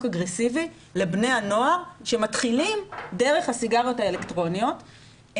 אגרסיבי לבני נוער שמתחילים דרך הסיגריות האלקטרוניות.